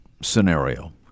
scenario